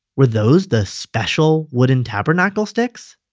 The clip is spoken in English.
were those the special wooden tabernacle sticks?